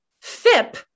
FIP